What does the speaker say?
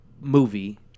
movie